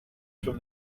from